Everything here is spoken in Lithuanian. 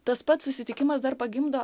tas pats susitikimas dar pagimdo